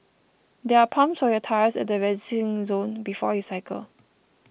there are pumps for your tyres at the resting zone before you cycle